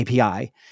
API